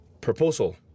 Proposal